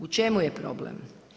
U čemu je problem?